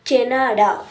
Canada